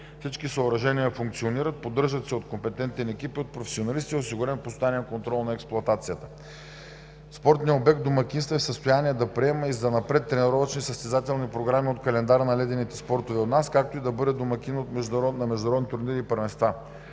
Всички съоръжения функционират, поддържат се от компетентен екип и от професионалисти, осигурен е постоянен контрол на експлоатацията. Спортният обект домакинства и е в състояние да приема и занапред тренировъчни състезателни програми от календара на ледените спортове у нас, както и да бъде домакин в международни турнири и първенства.